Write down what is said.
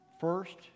First